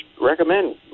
recommend